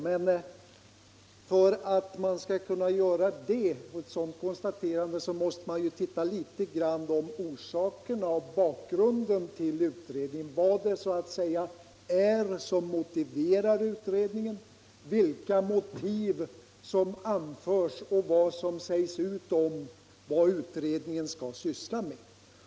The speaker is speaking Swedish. Men för att göra det konstaterandet måste man ju också se litet på orsakerna till och bakgrunden för utredningen, vad det är som så att säga motiverar utredningen, vilka motiv som anförs och vad som sägs om vad utredningen skall syssla med.